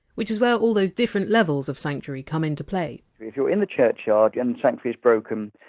which is where all those different levels of sanctuary come into play if you're in the churchyard and sanctuary is broken,